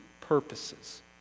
purposes